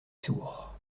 sourd